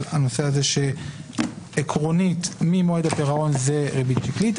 על זה שעקרונית ממועד הפירעון זו ריבית שקלית,